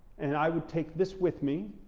and i would take this with me,